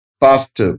past